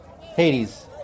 Hades